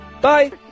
Bye